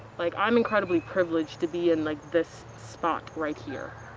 like, i'm incredibly privileged to be in like this spot right here.